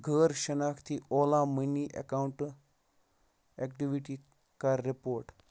غٲر شِناختی اولا مٔنی اٮ۪کاوُنٛٹ ایٚکٹِوِٹی کَر رِپوٹ